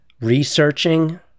researching